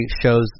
shows